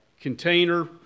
container